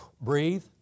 breathe